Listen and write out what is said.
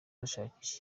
bashakisha